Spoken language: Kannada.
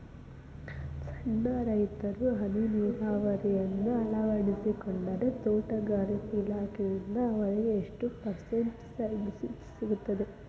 ಸಣ್ಣ ರೈತರು ಹನಿ ನೇರಾವರಿಯನ್ನ ಅಳವಡಿಸಿಕೊಂಡರೆ ತೋಟಗಾರಿಕೆ ಇಲಾಖೆಯಿಂದ ಅವರಿಗೆ ಎಷ್ಟು ಪರ್ಸೆಂಟ್ ಸಬ್ಸಿಡಿ ಸಿಗುತ್ತೈತರೇ?